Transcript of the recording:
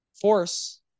force